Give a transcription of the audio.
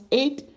eight